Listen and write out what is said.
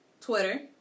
Twitter